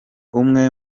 umwe